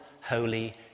holy